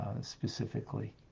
specifically